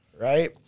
right